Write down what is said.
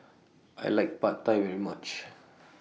I like Pad Thai very much